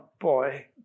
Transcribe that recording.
boy